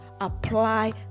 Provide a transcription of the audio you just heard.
apply